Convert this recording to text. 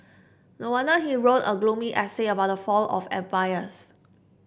no wonder he wrote a gloomy essay about the fall of empires